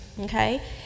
okay